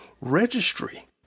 registry